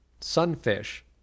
Sunfish